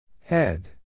Head